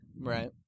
Right